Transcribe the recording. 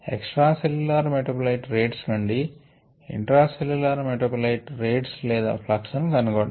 extra cellular metabolite rates నుండి intracellular metabolite rates లేదా flux ను కనుగొనడం